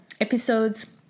episodes